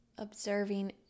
observing